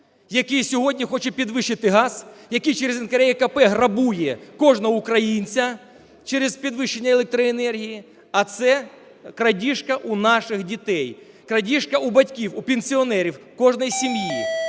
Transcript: який сьогодні хоче підвищити газ, який через НКРЕКП грабує кожного українця через підвищення електроенергії, а це крадіжка у наших дітей, крадіжка у батьків, у пенсіонерів кожної сім'ї.